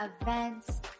events